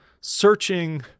searching